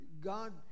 God